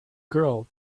girl